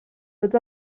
tots